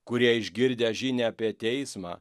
kurie išgirdę žinią apie teismą